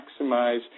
maximize